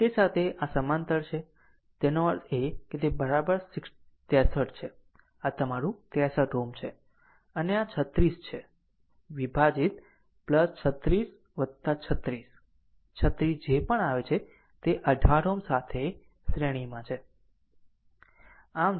અને તે સાથે આ સમાંતર છે જેનો અર્થ છે કે તે બરાબર 63 છે તમારું આ 63 Ω છે અને આ 36 છે વિભાજિત 63 36 36 જે પણ આવે છે તે 18 Ω સાથે શ્રેણીમાં છે